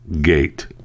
gate